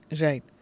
Right